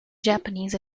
japanese